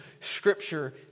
scripture